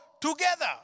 together